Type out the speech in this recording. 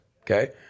okay